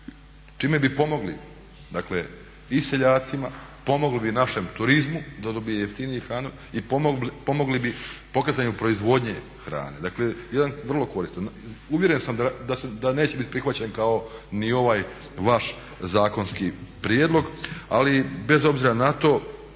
Čime bi pomogli dakle i seljacima, pomogli bi našem turizmu da dobije jeftiniju hranu i pomogli bi pokretanju proizvodnje hrane. Dakle jedan vrlo koristan. Uvjeren sam da neće biti prihvaćen kao ni ovaj vaš zakonski prijedlog, ali bez obzira na to